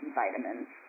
vitamins